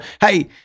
hey